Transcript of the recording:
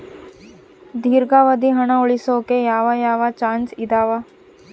ದೇರ್ಘಾವಧಿ ಹಣ ಉಳಿಸೋಕೆ ಯಾವ ಯಾವ ಚಾಯ್ಸ್ ಇದಾವ?